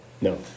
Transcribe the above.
No